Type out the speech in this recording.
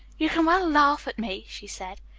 you can well laugh at me, she said.